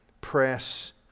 press